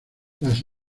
las